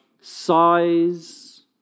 size